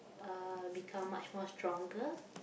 uh become much more stronger